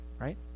right